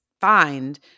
find